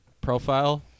profile